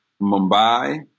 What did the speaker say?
Mumbai